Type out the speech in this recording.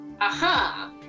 Aha